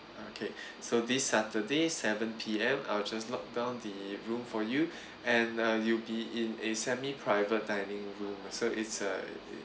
okay so this saturday seven P_M I'll just locked down the room for you and uh you'll be in a semi private dining room so it's a